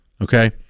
okay